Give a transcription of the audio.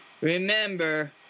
remember